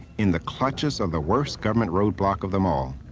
in the clutches of the worse government roadblock of them all,